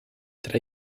tra